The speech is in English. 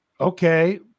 okay